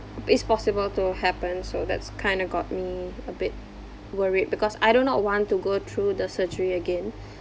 is possible to happen so that's kind of got me a bit worried because I do not want to go through the surgery again